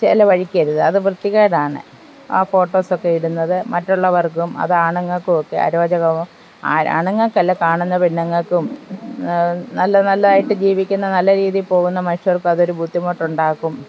ചിലവഴിക്കരുത് അത് വൃത്തികേടാണ് ആ ഫോട്ടോസ് ഒക്കെ ഇടുന്നത് മറ്റുള്ളവർക്കും അത് ആണുങ്ങൾക്കും ഒക്കെ അരോജകരവും ആണുങ്ങൾക്ക് അല്ല കാണുന്ന പെണ്ണുങ്ങൾക്കും നല്ല നല്ലതായിട്ട് ജീവിക്കുന്ന നല്ല രീതിയിൽ പോകുന്ന മനുഷ്യർക്കും അതൊരു ബുദ്ധിമുട്ട് ഉണ്ടാക്കും